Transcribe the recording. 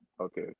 Okay